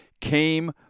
came